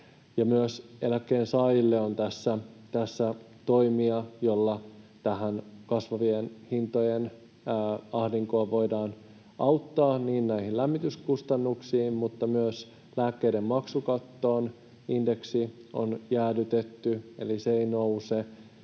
myös eläkkeensaajille on tässä toimia, joilla tässä kasvavien hintojen ahdingossa voidaan auttaa niin lämmityskustannuksissa mutta myös lääkkeiden maksukatossa. Indeksi on jäädytetty, eli se ei nouse,